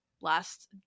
last